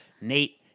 Nate